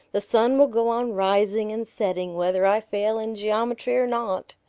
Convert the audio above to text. the sun will go on rising and setting whether i fail in geometry or not.